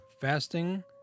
fasting